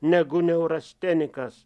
negu neurastenikas